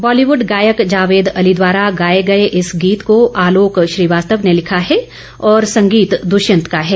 बॉलीवुड गायक जावेद अली द्वारा गाये गये इस गीत को आलोक श्रीवास्तव ने लिखा है और संगीत दृष्यंत का है